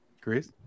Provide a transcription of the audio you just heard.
Chris